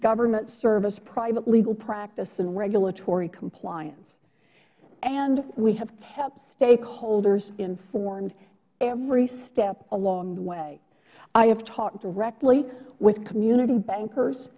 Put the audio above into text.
government service private legal practice and regulatory compliance and we have kept stakeholders informed every step along the way i have talked directly with community bankers